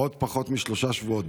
בעוד פחות משלושה שבועות,